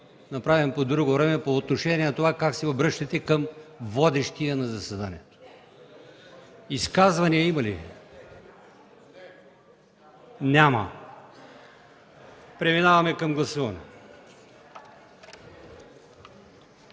направен по друго време, по отношение на това как се обръщате към водещия на заседанието. Има ли изказвания? Няма. Преминаваме към гласуване.